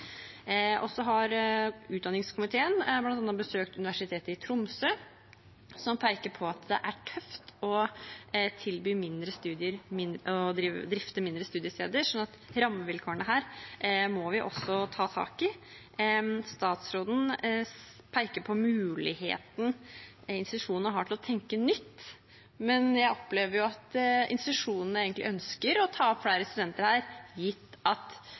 Så har utdanningskomiteen bl.a. besøkt Universitetet i Tromsø, som peker på at det er tøft å drifte mindre studiesteder, slik at vi må også ta tak i rammevilkårene her. Statsråden peker på muligheten som institusjonene har til å tenke nytt, men jeg opplever at institusjonene egentlig ønsker å ta opp flere studenter – gitt at